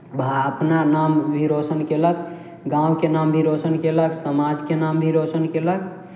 वह अपना नाम भी रोशन कयलक गाँवके नाम भी रोशन कयलक समाजके नाम भी रोशन कयलक